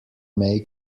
make